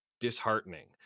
disheartening